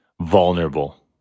vulnerable